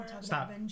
Stop